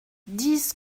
dix